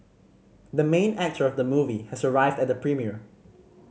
the main actor of the movie has arrived at the premiere